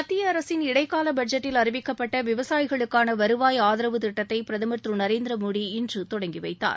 மத்திய அரசின் இடைக்கால பட்ஜெட்டில் அறிவிக்கப்பட்ட விவசாயிகளுக்கான வருவாய் ஆதரவு திட்டத்தை பிரதமர் திரு நரேந்திர மோடி இன்று தொடங்கி வைத்தார்